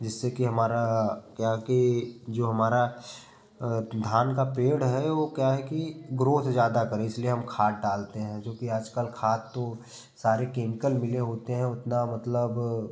जिससे कि हमारा क्या है कि जो हमारा धान का पेड़ है वो क्या है कि ग्रोथ ज़्यादा करे इसलिए हम खाद डालते हैं जोकि आज कल खाद तो सारे केमिकल मिले होते हैं उतना मतलब